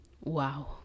wow